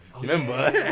Remember